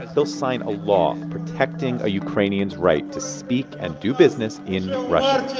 he'll sign a law protecting a ukrainian's right to speak and do business in russia